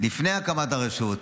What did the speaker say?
לפני הקמת הרשות,